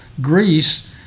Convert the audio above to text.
Greece